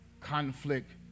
conflict